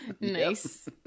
Nice